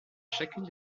chacune